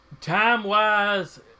Time-wise